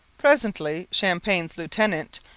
presently champlain's lieutenant,